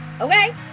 Okay